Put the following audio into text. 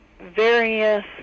various